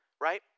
Right